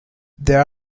there